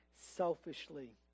selfishly